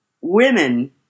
women